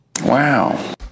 Wow